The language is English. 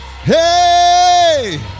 Hey